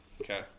Okay